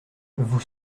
vous